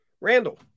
Randall